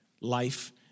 life